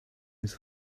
his